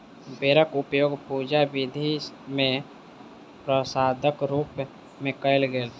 बेरक उपयोग पूजा विधि मे प्रसादक रूप मे कयल गेल